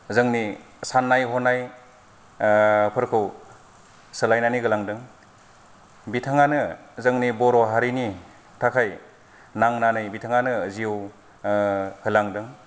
जोंनि साननाय हनाय फोरखौ सोलायनानै होलांदों बिथाङानो जोंनि बर' हारिनि थाखाय नांनानै बिथाङानो जिउ होलांदों